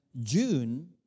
June